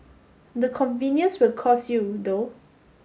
the convenience will cost you though